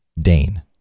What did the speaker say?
Dane